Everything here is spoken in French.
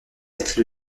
être